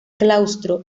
claustro